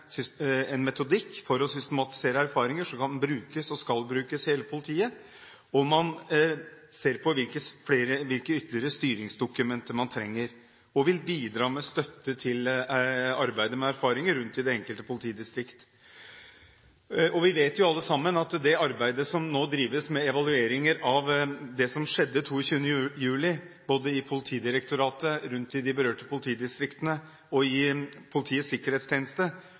utarbeide en metodikk for å systematisere erfaringer som kan brukes, og skal brukes, av hele politiet. Man ser på hvilke ytterligere styringsdokumenter man trenger, og vil bidra med støtte til arbeidet med erfaringer rundt i de enkelte politidistrikt. Vi vet jo alle sammen at det arbeidet som nå drives med evalueringer av det som skjedde 22. juli, både i Politidirektoratet, rundt i de berørte politidistriktene og i Politiets sikkerhetstjeneste,